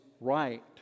right